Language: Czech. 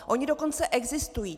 Ony dokonce existují.